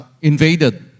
invaded